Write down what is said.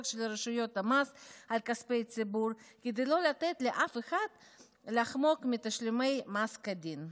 של רשויות המס על כספי ציבור כדי לא לתת לאף אחד לחמוק מתשלומי מס כדין.